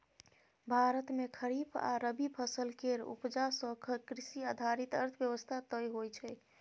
भारत मे खरीफ आ रबी फसल केर उपजा सँ कृषि आधारित अर्थव्यवस्था तय होइ छै